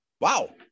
Wow